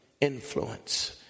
influence